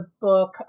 book